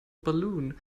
balloon